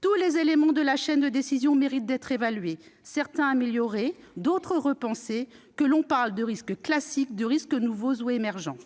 Tous les éléments de la chaîne de décision méritent d'être évalués, certains d'être améliorés, d'autres repensés, qu'il s'agisse de risques classiques, nouveaux ou émergents